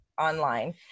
online